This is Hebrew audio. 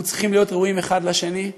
אנחנו צריכים להיות ראויים אחד לשני,